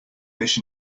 fish